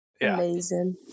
Amazing